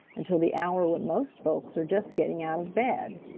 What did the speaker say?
until the hour when most folks are just getting out of bed.